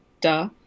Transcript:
Duh